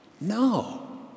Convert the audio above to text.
No